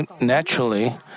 Naturally